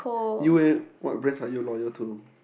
you eh what brands are you loyal to